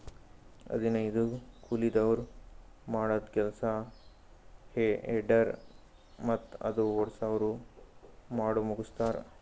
ಹದನೈದು ಕೂಲಿದವ್ರ್ ಮಾಡದ್ದ್ ಕೆಲ್ಸಾ ಹೆ ಟೆಡ್ಡರ್ ಮತ್ತ್ ಅದು ಓಡ್ಸವ್ರು ಮಾಡಮುಗಸ್ತಾರ್